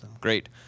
Great